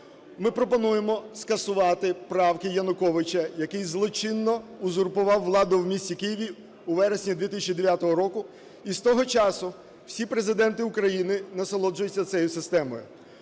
Ми пропонуємо скасувати правки Януковича, який злочинно узурпував владу в місті Києві у вересні 2009 року, і з того часу всі Президенти України насолоджуються цією системою.